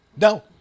No